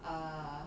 err